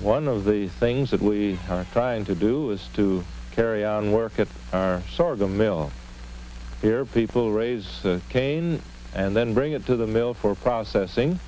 one of the things that we are trying to do is to carry on work at our sorghum mill where people raise cain and then bring it to the mill for processing